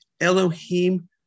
Elohim